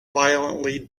violently